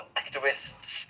activists